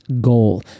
goal